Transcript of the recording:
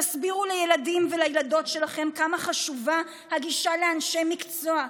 תסבירו לילדים ולילדות שלכם כמה חשובה הגישה לאנשי המקצוע,